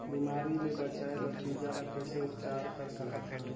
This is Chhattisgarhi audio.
बिमारी ले बचाय बर बीजा ल कइसे उपचार कर सकत हन?